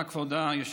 תודה, כבוד היושבת-ראש.